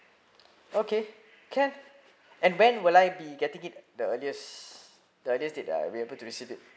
okay can and when will I be getting it the earliest the earliest date that I'll be able to receive it